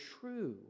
true